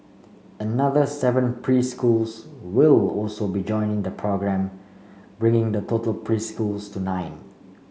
another seven preschools will also be joining the programme bringing the total preschools to nine